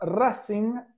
Racing